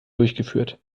durchgeführt